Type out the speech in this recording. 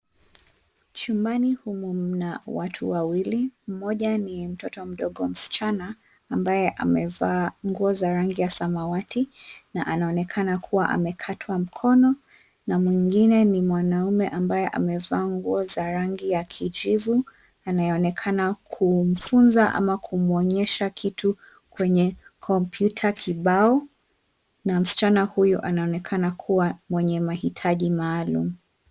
Chumbani humu mna watu wawili, mmoja ni mtoto mdogo msichana ambaye amevaa nguo za rangi ya samawati na anaonekana kuwa amekatwa mkono na mwengine ni mwanaume ambaye amevaa nguo za rangi ya kijivu, anayeonekana kumfunza ama kumwonyesha kitu kwenye kompyuta kibao, na msichana huyu anaonekana kuwa mwenye mahitaji maalum.